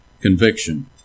conviction